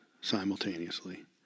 simultaneously